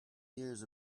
years